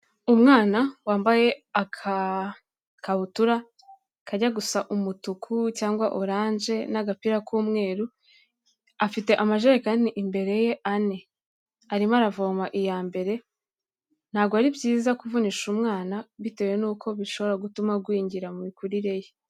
Umwana wambaye agakabutura kajya gusa umutuku cyangwa orange n'agapira k'umweru, afite amajerekani imbere ye ane arimo aravoma iya mbere. Ntabwo ari byiza kuvunisha umwana bitewe n'uko bishobora gutuma agwingira mu mikurire ye.